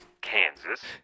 Kansas